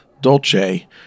Dolce